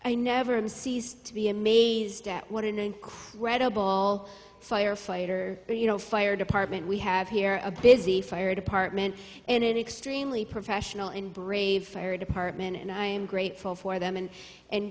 i never am cease to be amazed at what an incredible firefighter you know fire department we have here a busy fire department in an extremely professional and brave fire department and i'm grateful for them and and